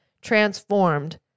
transformed